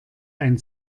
ein